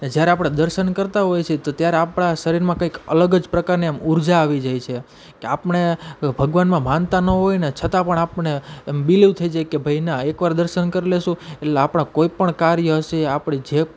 ને જ્યારે આપણે દર્શન કરતાં હોઇએ છીએ તો ત્યારે આપણાં શરીરમાં કંઇક અલગ જ પ્રકારની આમ ઉર્જા આવી જાય છે કે આપણે ભગવાનમાં માનતા ન હોઈએ ને છતાં પણ આપણે એમ બિલિવ થઈ જાય કે ભાઈ ના એકવાર દર્શન કરી લઈશું એટલે આપણાં કોઈપણ કાર્ય હશે એ આપણી જે